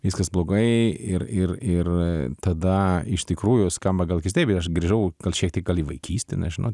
viskas blogai ir ir ir tada iš tikrųjų skamba gal keistai bet aš grįžau gal šiek tiek gal į vaikystę nežinau